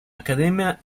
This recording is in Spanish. academia